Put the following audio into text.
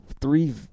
three